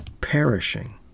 perishing